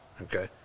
Okay